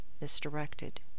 misdirected